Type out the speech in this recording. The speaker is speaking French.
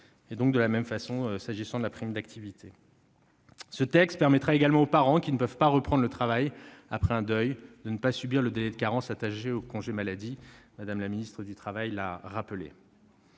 en compte dans le calcul du RSA et de la prime d'activité. Ce texte permettra également aux parents qui ne peuvent pas reprendre le travail après un deuil de ne pas subir le délai de carence attaché au congé maladie ; Mme la ministre du travail l'a indiqué.